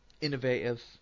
innovative